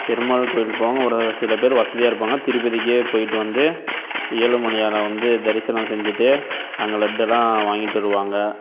பெருமாள் கோயிலுக்கு போவாங்க ஒரு சில பேர் வசதியாக இருப்பாங்க திருப்பதிக்கே போய்விட்டு வந்து ஏழுமலையான வந்து தரிசனம் செஞ்சுட்டு அங்கே லட்டெல்லாம் வாங்கி தருவாங்க